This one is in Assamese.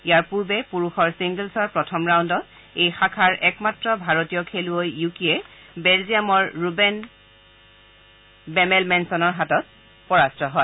ইয়াৰ পূৰ্বে পুৰুষৰ ছিংগলছৰ প্ৰথম ৰাউণ্ডত এই শাখাৰ একমাত্ৰ ভাৰতীয় খেলুৱৈ য়ুকীয়ে বেলজিয়ামৰ ৰুবেন বেমেলমেনছৰ হাতত পৰাজিত হয়